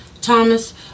Thomas